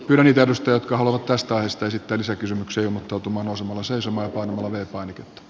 ylitöistä jotka haluavat torstaista esittää lisäkysymyksiä mutta tumman osumalla se summa on arvoisa puhemies